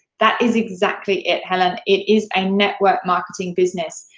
that is exactly it, helen. it is a network marketing business,